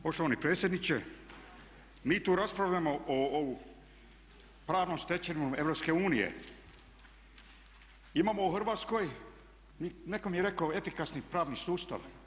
Poštovani predsjedniče mi tu raspravljamo o pravnoj stečevini EU, imamo u Hrvatskoj netko mi je rekao efikasni pravni sustav.